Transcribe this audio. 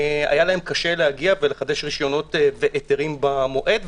היה להם קשה להגיע ולחדש רשיונות והיתרים במועד.